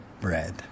bread